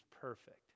perfect